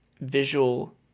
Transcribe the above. visual